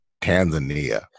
Tanzania